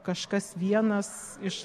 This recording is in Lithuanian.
kažkas vienas iš